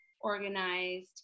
organized